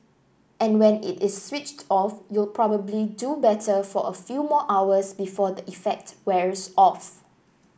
and when it is switched off you'll probably do better for a few more hours before the effect wears off